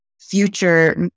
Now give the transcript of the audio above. future